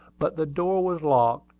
but the door was locked,